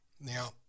Now